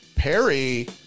Perry